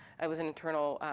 it was an internal,